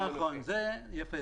יפה,